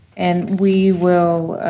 and we will